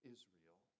Israel